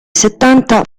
settanta